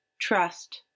Trust